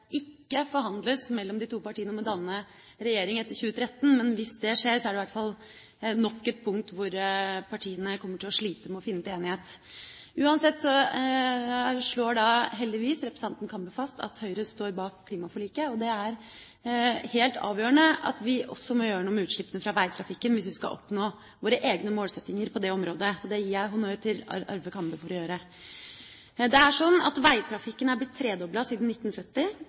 ikke forhandles mellom de to partiene om å danne regjering etter 2013, men hvis det skjer, er det i hvert fall nok et punkt hvor partiene kommer til å slite med å komme til enighet. Uansett slår heldigvis representanten Kambe fast at Høyre står bak klimaforliket. Det er helt avgjørende at vi også må gjøre noe med utslippene fra veitrafikken hvis vi skal oppnå våre egne målsettinger på det området, så det gir jeg honnør til Arve Kambe for å gjøre. Det er sånn at veitrafikken er blitt tredoblet siden 1970.